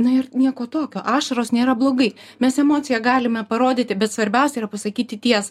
na ir nieko tokio ašaros nėra blogai mes emociją galime parodyti bet svarbiausia yra pasakyti tiesą